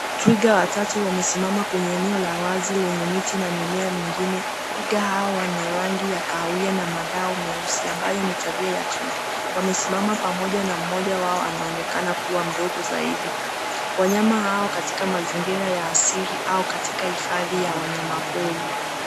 Twiga watatu wamesimama kwenye eneo la wazi lenye miti na mimea mingine. Twiga hawa wana rangi ya kahawia na madoa meusi ambayo ni tabia ya twiga. Wamesimama pamoja na mmoja wao anaonekana kuwa mdogo zaidi. Wanyama hawa katika mazingira ya asili au katika hifadhi ya wanyama pori.